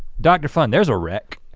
dr. fun, there's a rec.